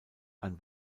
ein